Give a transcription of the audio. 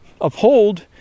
uphold